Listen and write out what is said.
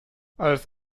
als